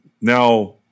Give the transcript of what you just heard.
Now